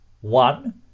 One